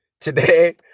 today